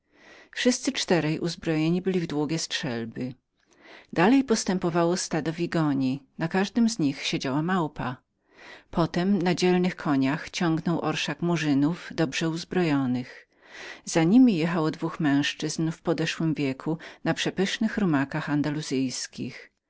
wszyscy uzbrojeni byli w długie muszkiety dalej postępowało stado wigoni na każdej z nich siedziała małpa potem na dzielnych koniach ciągnął orszak murzynów dobrze uzbrojonych za niemi jechało dwóch podeszłych panów na przepysznych